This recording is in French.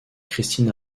christine